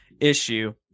issue